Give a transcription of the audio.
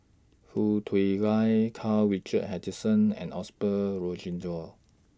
Foo Tui Liew Karl Richard Hanitsch and Osbert Rozario